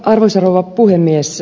arvoisa rouva puhemies